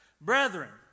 Brethren